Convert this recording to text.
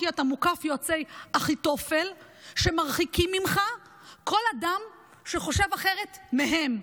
כי אתה מוקף יועצי אחיתופל שמרחיקים ממך כל אדם שחושב אחרת מהם,